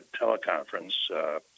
teleconference